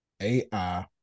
AI